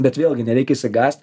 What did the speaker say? bet vėlgi nereikia išsigąst